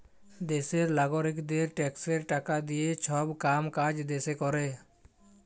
দ্যাশের লাগারিকদের ট্যাক্সের টাকা দিঁয়ে ছব কাম কাজ দ্যাশে ক্যরে